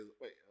wait